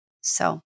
So-